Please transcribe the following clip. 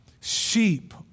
Sheep